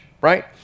right